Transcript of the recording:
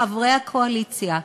חברי הקואליציה,